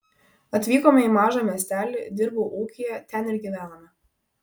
atvykome į mažą miestelį dirbau ūkyje ten ir gyvenome